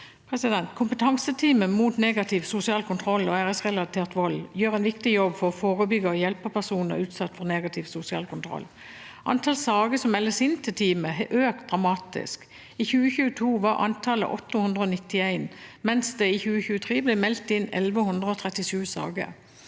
Kompetanseteamet mot negativ sosial kontroll og æresrelatert vold gjør en viktig jobb for å forebygge og hjelpe personer utsatt for negativ sosial kontroll. Antall saker som meldes inn til teamet, har økt dramatisk. I 2022 var antallet 891, mens det i 2023 ble meldt inn 1 137 saker.